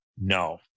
no